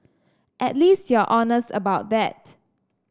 at least you're honest about that